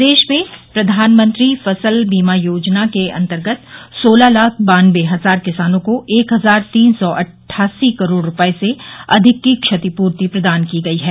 प्रदेश में प्रधानमंत्री फसल बीमा योजना के अन्तर्गत सोलह लाख बान्नबे हजार किसानों को एक हजार तीन सौ अटठटासी करोड़ रूपये से अधिक की क्षतिपूर्ति प्रदान की गई है